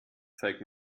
zeig